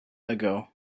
ago